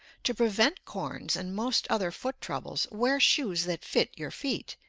to prevent corns and most other foot troubles, wear shoes that fit your feet.